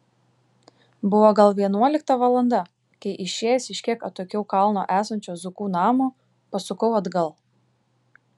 buvo gal vienuolikta valanda kai išėjęs iš kiek atokiau kalno esančio zukų namo pasukau atgal